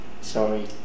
Sorry